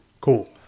Cool